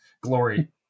glory